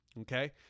okay